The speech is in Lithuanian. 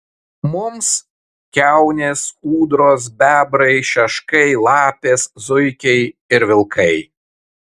mums kiaunės ūdros bebrai šeškai lapės zuikiai ir vilkai